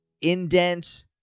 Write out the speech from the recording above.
indent